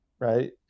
Right